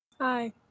Hi